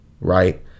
right